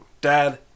Dad